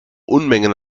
unmengen